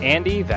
Andy